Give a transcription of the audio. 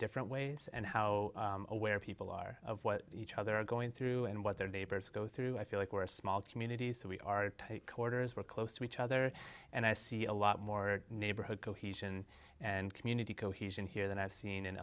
different ways and how aware people are of what each other are going through and what their neighbors go through i feel like we're a small community so we are tight quarters we're close to each other and i see a lot more neighborhood cohesion and community cohesion here than i've seen